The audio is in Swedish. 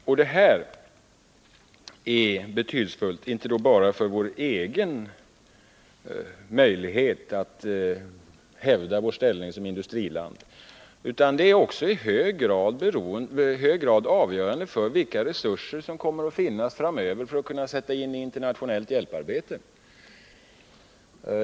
Detta är inte bara betydelsefullt för vår egen möjlighet att hävda vår ställning som industriland, utan det är i hög grad avgörande för vilka resurser som framöver kommer att finnas tillgängliga för att sättas in i internationellt hjälparbete.